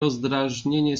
rozdrażnienie